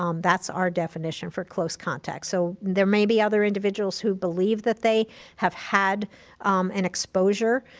um that's our definition for close contact. so there may be other individuals who believe that they have had an exposure,